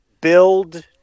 build